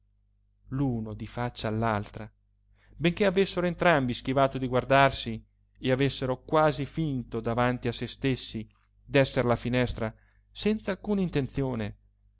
l'uno di faccia all'altra benché avessero entrambi schivato di guardarsi e avessero quasi finto davanti a se stessi d'essere alla finestra senza alcuna intenzione